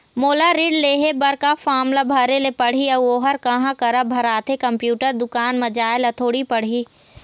मोला ऋण लेहे बर का फार्म ला भरे ले पड़ही अऊ ओहर कहा करा भराथे, कंप्यूटर दुकान मा जाए ला थोड़ी पड़ही?